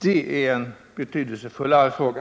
Det är en betydelsefullare fråga.